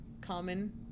Common